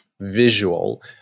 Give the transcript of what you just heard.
visual